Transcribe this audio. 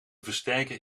versterker